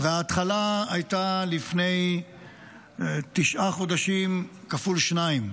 וההתחלה הייתה לפני תשעה חודשים כפול שניים,